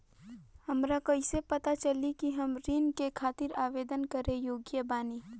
हमरा कइसे पता चली कि हम ऋण के खातिर आवेदन करे के योग्य बानी?